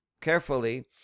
carefully